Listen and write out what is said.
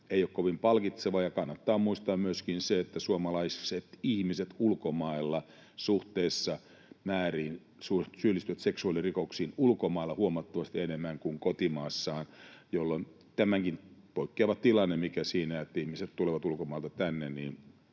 ei ole kovin palkitsevaa. Ja kannattaa muistaa myöskin se, että suomalaiset ihmiset suhteessa määriin syyllistyvät seksuaalirikoksiin ulkomailla huomattavasti enemmän kuin kotimaassaan, jolloin tämäkin poikkeava tilanne, mikä siinä on, että ihmiset tulevat ulkomailta tänne